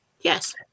Yes